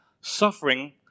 Suffering